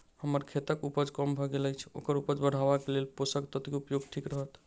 हम्मर खेतक उपज कम भऽ गेल अछि ओकर उपज बढ़ेबाक लेल केँ पोसक तत्व केँ उपयोग ठीक रहत?